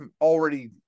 already